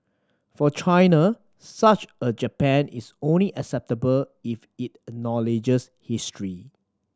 for China such a Japan is only acceptable if it acknowledges history